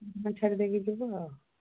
ଛାଡ଼ି ଦେଇକି ଯିବ ଆଉ